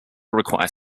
require